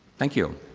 thank you.